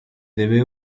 debe